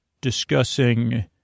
discussing